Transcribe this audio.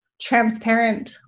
transparent